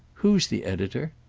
who's the editor?